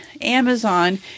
Amazon